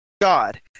God